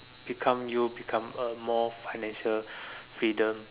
become you become a more financial freedom